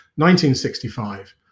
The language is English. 1965